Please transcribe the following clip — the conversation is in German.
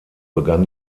begann